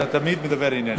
אתה תמיד מדבר ענייני.